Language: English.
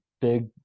big